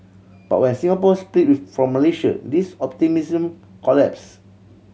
but when Singapore split from Malaysia this optimism collapsed